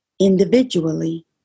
individually